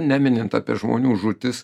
neminint apie žmonių žūtis